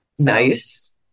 Nice